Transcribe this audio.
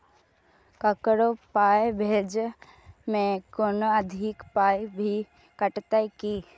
ककरो पाय भेजै मे कोनो अधिक पाय भी कटतै की?